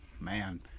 man